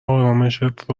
آرامِشت